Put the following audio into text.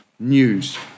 News